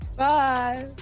bye